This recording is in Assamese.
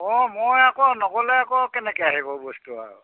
অঁ মই আকৌ নগ'লে আকৌ কেনেকৈ আহিব বস্তু আৰু